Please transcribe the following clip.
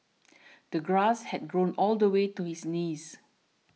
the grass had grown all the way to his knees